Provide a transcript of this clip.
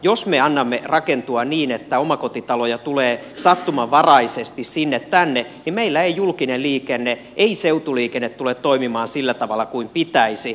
jos me annamme rakentua niin että omakotitaloja tulee sattumanvaraisesti sinne tänne niin meillä ei julkinen liikenne ei seutuliikenne tule toimimaan sillä tavalla kuin pitäisi